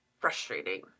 frustrating